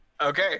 Okay